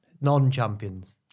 Non-champions